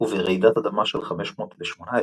וברעידת האדמה של 518,